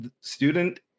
student